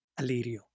Alirio